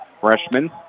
freshman